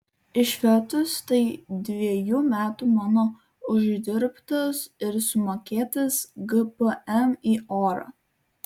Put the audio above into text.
išvertus tai dviejų metų mano uždirbtas ir sumokėtas gpm į orą